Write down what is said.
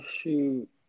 shoot